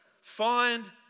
find